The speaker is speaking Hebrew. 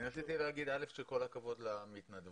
אני רציתי להגיד קודם כל שכל הכבוד למתנדבות